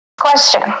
Question